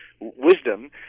Wisdom